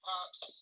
Pops